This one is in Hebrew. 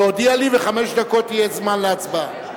להודיע לי וחמש דקות יהיה זמן להצבעה.